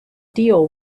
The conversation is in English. deal